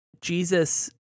Jesus